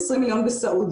20 מיליון בסעודיה,